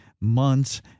months